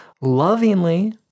lovingly